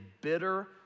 bitter